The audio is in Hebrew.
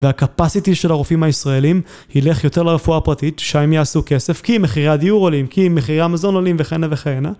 והקפאסיטי של הרופאים הישראלים ילך יותר לרפואה פרטית, שם הם יעשו כסף, כי מחירי הדיור עולים, כי מחירי המזון עולים, וכהנה וכהנה.